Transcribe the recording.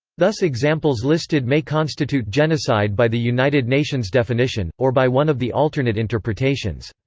thus examples listed may constitute genocide by the united nations definition, or by one of the alternate interpretations.